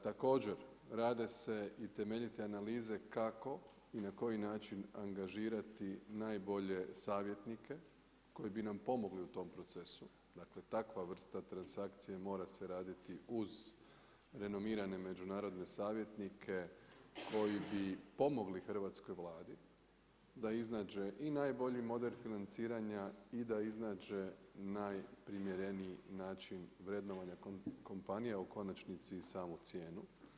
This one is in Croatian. Također rade se i temeljite analize kako i na koji način angažirati najbolje savjetnike koji bi nam pomogli u tom procesu, dakle takva vrsta transakcije mora se raditi uz renomirane međunarodne savjetnike koji bi pomogli hrvatskoj Vladi da iznađe i najbolji model financiranja i da iznađe najprimjereniji način vrednovanja kompanije, a u konačnici i samu cijenu.